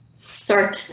Sorry